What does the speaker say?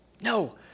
No